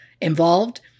involved